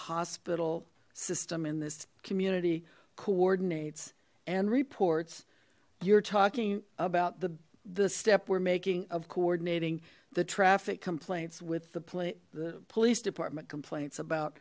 hospital system in this community coordinates and reports you're talking about the the step we're making of coordinating the traffic complaints with the plate the police department complaints about